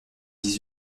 dix